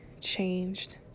changed